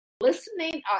listening